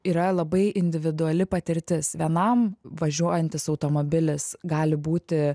yra labai individuali patirtis vienam važiuojantis automobilis gali būti